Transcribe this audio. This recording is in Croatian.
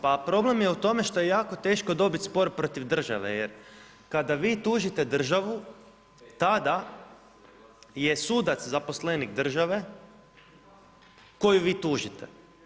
Pa problem je u tome, što je jako teško dobiti spor protiv države, jer kada vi tužite državu, tada je sudac zaposlenik države koju vi tužite.